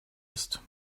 ist